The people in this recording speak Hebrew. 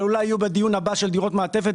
אבל אולי יהיו פה בדיון הבא על דירות מעטפת,